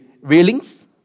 railings